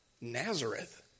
Nazareth